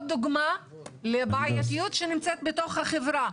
דוגמה לבעייתיות שנמצאת בתוך החברה.